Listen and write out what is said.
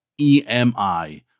EMI